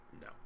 No